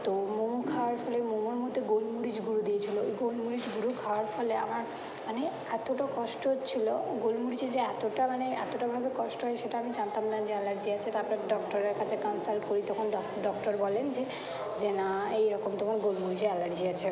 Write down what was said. তো মোমো খাওয়ার ফলে মোমোর মধ্যে গোলমরিচ গুঁড়ো দিয়েছিলো এই গোলমরিচ গুঁড়ো খাওয়ার ফলে আমার মানে এতোটা কষ্ট হচ্ছিলো গোলমরিচে যে এতোটা মানে এতোটাভাবে কষ্ট হয় সেটা আমি জানতাম না যে অ্যালার্জি আছে তারপর ডক্টরের কাছে কনসাল্ট করি তখন ডক্টর বলেন যে যে না এই রকম তোমার গোলমরিচে অ্যালার্জি আছে